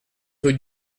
route